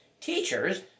teachers